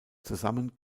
zusammen